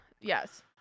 yes